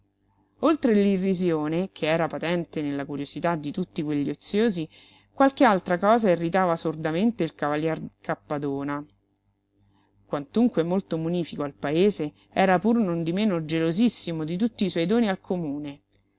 brusío oltre l'irrisione che era patente nella curiosità di tutti quegli oziosi qualche altra cosa irritava sordamente il cavalier cappadona quantunque molto munifico al paese era pur non di meno gelosissimo di tutti i suoi doni al comune